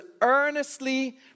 earnestly